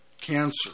cancer